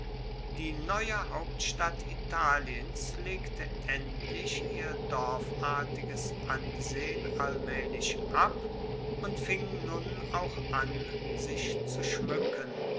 die neue hauptstadt italiens legte endlich ihr dorfartiges ansehen allmaehlich ab und fing nun auch an sich zu schmuecken